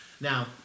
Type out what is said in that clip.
Now